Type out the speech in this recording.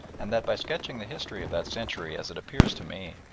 and that by sketching the history of that century as it appears to me,